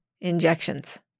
injections